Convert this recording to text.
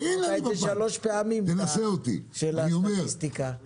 דיברת כבר שלוש פעמים על עניין הסטטיסטיקה.